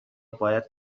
باید